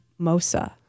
Mosa